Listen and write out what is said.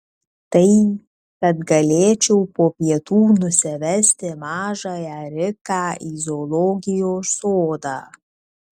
tai kad galėčiau po pietų nusivesti mažąją riką į zoologijos sodą